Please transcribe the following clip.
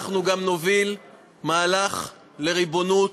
אנחנו נוביל גם מהלך לריבונות,